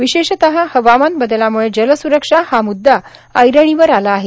विशेषतः हवामान बदलाम्ळे जल स्रक्षा हा मूद्दा ऐरणीवर आला आहे